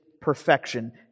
perfection